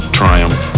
triumph